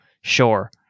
sure